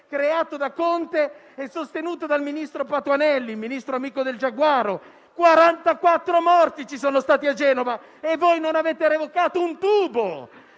creato da Conte e sostenuto dal ministro Patuanelli, il ministro amico del giaguaro. Ci sono stati 44 morti a Genova e non avete revocato un tubo!